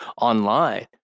online